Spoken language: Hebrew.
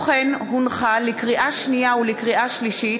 לקריאה שנייה ולקריאה שלישית: